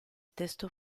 testo